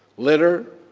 litter,